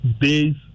days